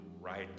right